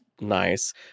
nice